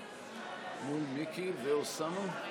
הכנסת מיקי לוי.